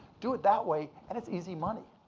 do it that way and it's easy money.